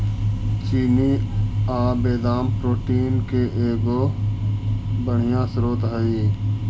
चिनिआबेदाम protein के एगो बढ़ियाँ स्रोत हई